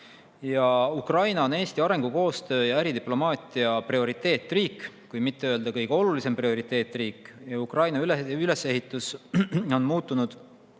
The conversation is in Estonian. Ukraina on Eesti arengukoostöö ja äridiplomaatia prioriteetriik, kui mitte öelda, et kõige olulisem prioriteetriik, ja Ukraina ülesehitus on muutunud